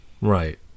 Right